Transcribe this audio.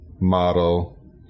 model